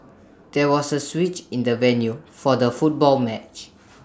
there was A switch in the venue for the football match